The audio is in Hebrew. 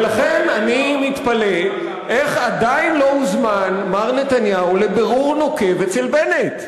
ולכן אני מתפלא איך עדיין לא הוזמן מר נתניהו לבירור נוקב אצל בנט?